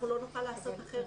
אנחנו לא נוכל לעשות אחרת.